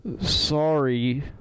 Sorry